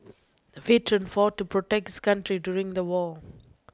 the veteran fought to protect his country during the war